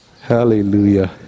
Hallelujah